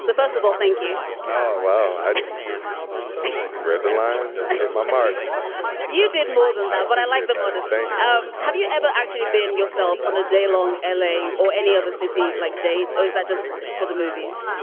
so first of all, thank you oh, i just read the lines, hit my mark you did more than that, but i like them all the same um have you ever actually been yourself on a daylong daylong l a. or any other city like dates? or was that just for the movies,